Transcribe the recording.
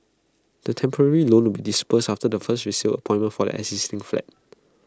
the temporary loan will be disbursed after the first resale appointment for their existing flat